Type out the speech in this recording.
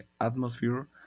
atmosphere